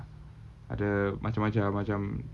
ada macam-macam macam